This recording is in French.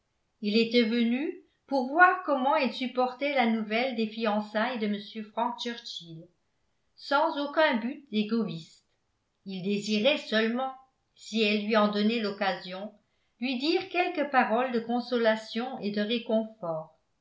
il était venu pour voir comment elle supportait la nouvelle des fiançailles de m frank churchill sans aucun but égoïste il désirait seulement si elle lui en donnait l'occasion lui dire quelques paroles de consolation et de réconfort